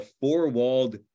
four-walled